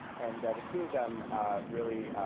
and the two of them really